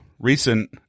recent